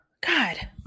God